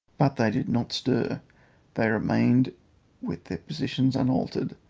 but they did not stir they remained with their positions unaltered,